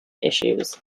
issues